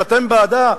שאתם בעדה,